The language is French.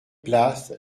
place